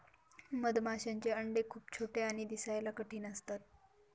मधमाशांचे अंडे खूप छोटे आणि दिसायला कठीण असतात